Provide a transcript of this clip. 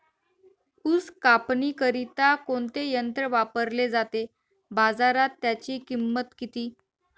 ऊस कापणीकरिता कोणते यंत्र वापरले जाते? बाजारात त्याची किंमत किती?